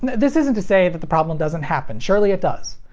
this isn't to say that the problem doesn't happen. surely it does.